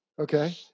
Okay